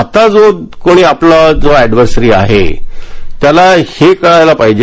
आता जो कुणी आपला अडर्व्हसरी आहे त्याला हे कळायला पाहिजे